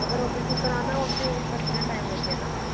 अगर अपरेशन कराना होग ते उसदा किन्ना टैम लग्गी जाना